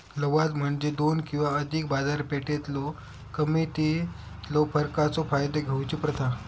लवाद म्हणजे दोन किंवा अधिक बाजारपेठेतलो किमतीतला फरकाचो फायदा घेऊची प्रथा